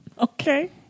Okay